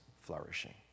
flourishing